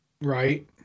right